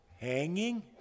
hanging